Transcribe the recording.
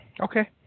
Okay